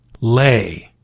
lay